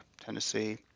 tennessee